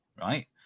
right